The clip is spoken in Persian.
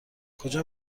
کجا